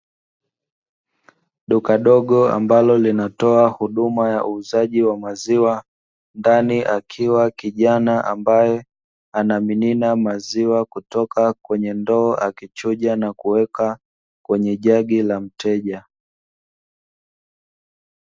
Duka dogo ambalo linatoa huduma ya uuzaji wa maziwa, ndani akiwa kijana ambaye anamimina maziwa kutoka kwenye ndoo, akichuja na kuweka kwenye jagi la mteja.